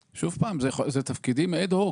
שוב פעם, אלה תפקידים אד-הוק.